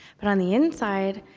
but on the inside,